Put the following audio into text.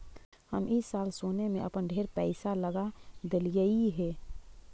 हम ई साल सोने में अपन ढेर पईसा लगा देलिअई हे